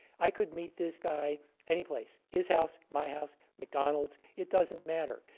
i could meet this guy any place, his house, my house, mcdonald's. it doesn't matter.